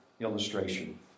illustration